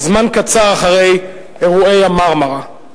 זמן קצר אחרי אירועי ה"מרמרה".